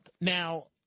Now